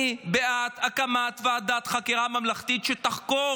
אני בעד הקמת ועדת חקירה ממלכתית שתחקור